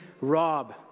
Rob